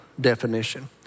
definition